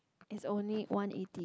is only one eighty